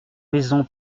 maison